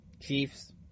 Chiefs